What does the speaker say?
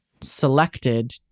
selected